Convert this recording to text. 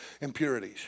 impurities